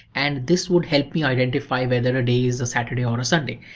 and this would help me identify whether a day is a saturday or and a sunday.